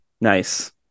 Nice